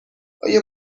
آیا